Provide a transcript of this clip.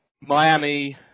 Miami